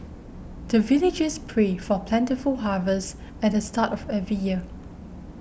the villagers pray for plentiful harvest at the start of every year